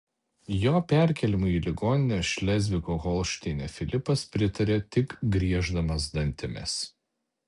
jo perkėlimui į ligoninę šlezvigo holšteine filipas pritarė tik grieždamas dantimis